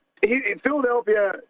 Philadelphia